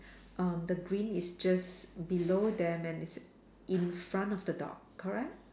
um the green is just below them and it's in front of the dog correct